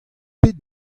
pet